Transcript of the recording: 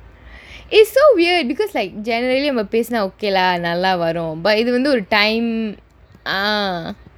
it's so weird because like generally நம்ம பேசினா:namma pesinaa okay lah நல்லா வரும்:nallaa varum but இது வந்து ஒரு:ithu vanthu oru time ah